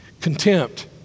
Contempt